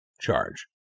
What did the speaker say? charge